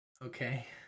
Okay